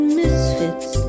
misfits